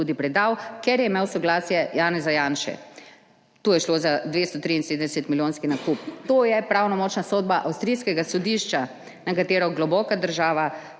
predal, ker je imel soglasje Janeza Janše. Tu je šlo za 273 milijonski nakup. To je pravnomočna sodba avstrijskega sodišča, na katero globoka država